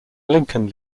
lincoln